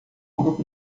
grupo